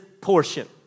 portion